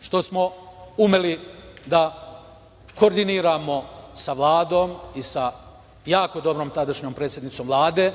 što smo umeli da koordiniramo sa Vladom i sa jako dobrom tadašnjom predsednicom Vlade